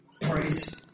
praise